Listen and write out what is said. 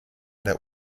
der